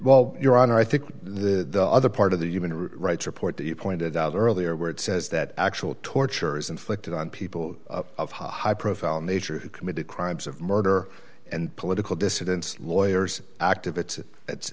well your honor i think the other part of the human rights report that you pointed out earlier where it says that actual torture is inflicted on people of high profile nature who committed crimes of murder and political dissidents lawyers activists it's